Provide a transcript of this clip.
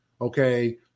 okay